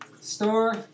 Store